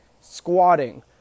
squatting